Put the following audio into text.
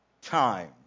time